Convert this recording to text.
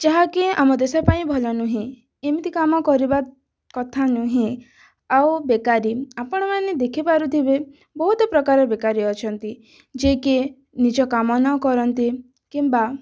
ଯାହାକି ଆମ ଦେଶ ପାଇଁ ଭଲ ନୁହେଁ ଏମିତି କାମ କରିବା କଥା ନୁହେଁ ଆଉ ବେକାରୀ ଆପଣମାନେ ଦେଖିପାରୁଥିବେ ବହୁତ ପ୍ରକାର ବେକାରୀ ଅଛନ୍ତି ଯେକି ନିଜ କାମ ନ କରନ୍ତି କିମ୍ବା